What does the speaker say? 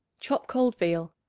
chop cold veal.